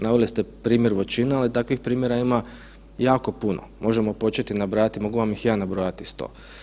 Naveli ste primjer Voćina, ali takvih primjera ima jako puno, možemo početi nabrajati, mogu vam ih ja nabrojati isto.